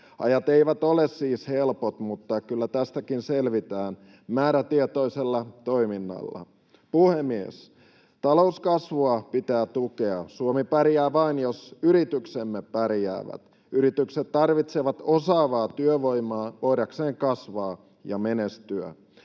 Ajat eivät ole siis helpot, mutta kyllä tästäkin selvitään määrätietoisella toiminnalla. Puhemies! Talouskasvua pitää tukea. Suomi pärjää vain, jos yrityksemme pärjäävät. Yritykset tarvitsevat osaavaa työvoimaa voidakseen kasvaa ja menestyä.